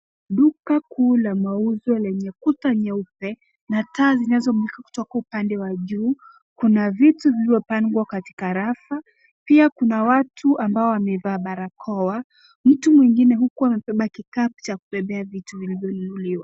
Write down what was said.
Duka kuu la mauza lenye kuta nyeupe na zinazomulika kutoka upande wa juu, kuna vitu vilivyopandwa katika rafu, pia kuna watu wambao wamevaa barakoa, mtu mwingine huku amebeba vikapu cha kubebea vitu vilivyonunuliwa.